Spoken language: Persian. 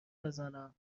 بزنم